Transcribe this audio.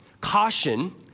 caution